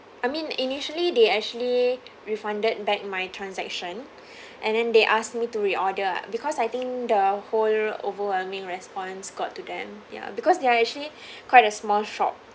I mean initially they actually refunded back my transaction and then they ask me to reorder because I think the whole overwhelming response got to them ya because they're actually quite a small shop